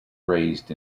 raised